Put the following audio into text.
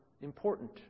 important